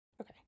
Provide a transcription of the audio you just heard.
Okay